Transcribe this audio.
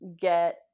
get